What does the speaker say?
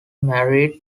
married